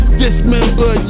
dismember